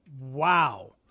Wow